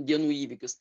dienų įvykius